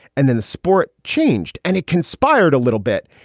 and then the sport changed and it conspired a little bit.